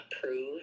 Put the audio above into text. prove